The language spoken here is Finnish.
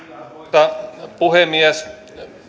arvoisa puhemies